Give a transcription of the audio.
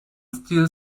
steel